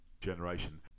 generation